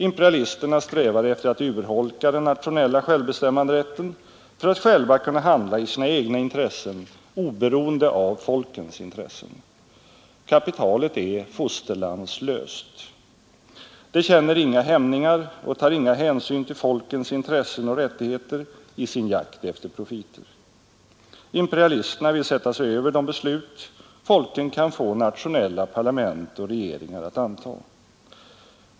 Imperialisterna strävar efter att urholka den nationella självbestämmanderätten för att själva kunna handla i sina egna intressen oberoende av folkens intressen. Kapitalet är fosterlandslöst. Det känner inga hämningar och tar inga hänsyn till folkens intressen och rättigheter i sin jakt efter profiter. Imperialisterna vill sätta sig över de beslut folken kan få nationella parlament och regeringar att anta.